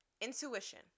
Intuition